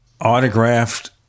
Autographed